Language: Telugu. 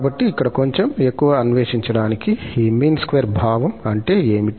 కాబట్టి ఇక్కడ కొంచెం ఎక్కువ అన్వేషించడానికి ఈ మీన్ స్క్వేర్ భావం అంటే ఏమిటి